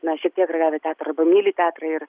na šiek tiek ragavę teatrą arba myli teatrą ir